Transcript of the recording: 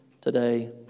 today